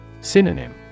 Synonym